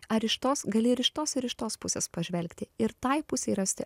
ar iš tos gali ir iš tos ir iš tos pusės pažvelgti ir tai pusei rasti